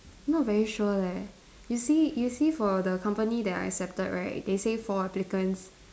not very sure leh you see you see for the company that I accepted right they say four applicants